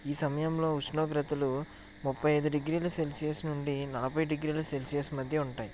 ఈ సమయంలో ఉష్ణోగ్రతలు ముప్పై ఐదు డిగ్రీల సెల్సియస్ నుండి నలభై ఐదు డిగ్రీల సెల్సియస్ మధ్య ఉంటాయి